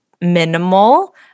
minimal